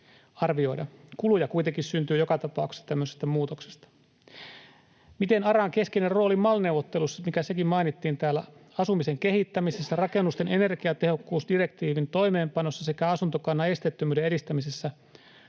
arvioida. Kuluja kuitenkin syntyy joka tapauksessa tämmöisestä muutoksesta. Miten ARAn keskeinen rooli MAL-neuvottelussa, mikä sekin mainittiin täällä, asumisen kehittämisessä, rakennusten energiatehokkuusdirektiivin toimeenpanossa sekä asuntokannan esteettömyyden edistämisessä